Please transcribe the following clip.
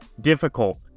difficult